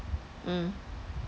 mm